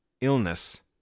illness